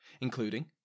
including